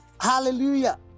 Hallelujah